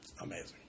amazing